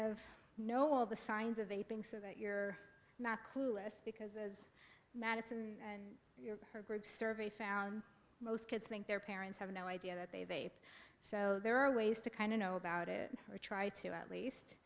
of know all the signs of a being so that you're not clueless because as madison and her group survey found most kids think their parents have no idea that they pay so there are ways to kind of know about it or try to at least